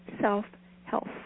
self-health